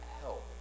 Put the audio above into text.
help